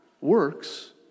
works